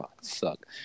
suck